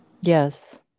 yes